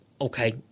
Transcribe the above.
okay